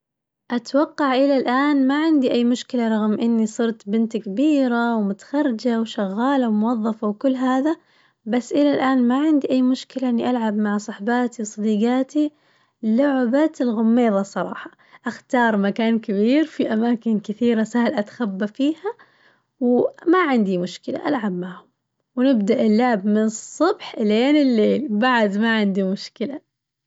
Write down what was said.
أتوقع إلى الآن ما عندي أي مشكلة رغم إني صرت بنت كبيرة ومتخرجة وشغالة وموظفة وكل هذا بس إلى الآن ما عندي أي مشكلة إني ألعب مع صحباتي وصديقاتي لعبة الغميظة الصراحة، أختار مكان كبير في أماكن كثيرة سهل أتخبى فيها، و- وما عندي مشكلة ألعب معهم ونبدأ اللعبة من الصبح إلين الليل بعد ما عندي مشكلة.